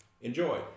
enjoy